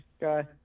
guy